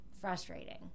frustrating